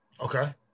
Okay